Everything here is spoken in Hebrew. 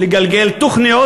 לגלגל תוכניות,